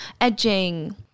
edging